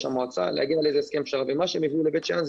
המועצה להגיע לאיזה הסכם פשרה ומה שהם יביאו לבית שאן,